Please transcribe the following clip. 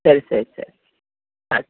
ಸರಿ ಸರಿ ಸರಿ